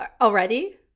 already